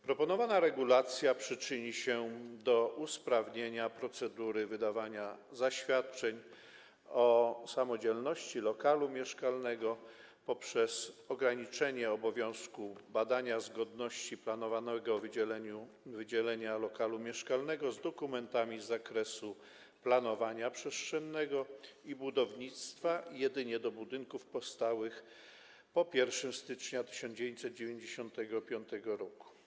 Proponowana regulacja przyczyni się do usprawnienia procedury wydawania zaświadczeń o samodzielności lokalu mieszkalnego poprzez ograniczenie obowiązku badania zgodności planowanego wydzielenia lokalu mieszkalnego z dokumentami z zakresu planowania przestrzennego i budownictwa jedynie do budynków powstałych po 1 stycznia 1995 r.